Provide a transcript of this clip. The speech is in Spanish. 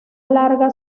larga